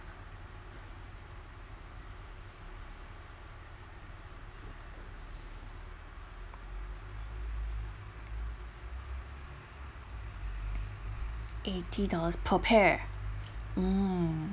eighty dollars per pair hmm